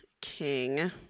king